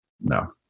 No